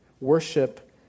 Worship